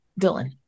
Dylan